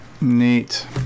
Neat